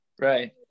right